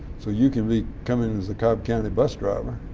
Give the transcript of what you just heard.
so you can be coming as a cobb county bus driver.